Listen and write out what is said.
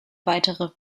weitere